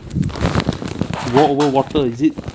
war over water is it